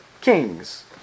Kings